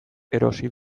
erosi